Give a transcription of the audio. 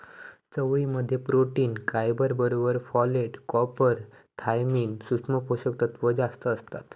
चवळी मध्ये protein, fibre बरोबर फोलेट, कॉपर, थायमिन, सुक्ष्म पोषक तत्त्व जास्तं असतत